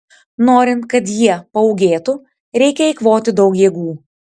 norint kad jie paūgėtų reikia eikvoti daug jėgų